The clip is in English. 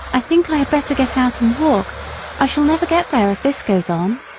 i think i had better get out and walk i shall never get there if this goes on.